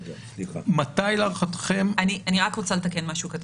אני רק רוצה לתקן משהו קטן.